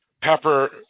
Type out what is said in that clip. Pepper